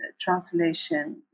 translation